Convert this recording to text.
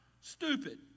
stupid